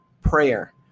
prayer